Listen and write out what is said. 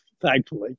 thankfully